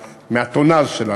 מהטונאז' שלה,